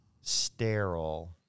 sterile